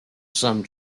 some